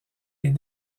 est